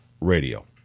radio